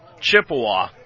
Chippewa